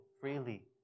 freely